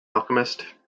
alchemist